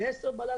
כלומר,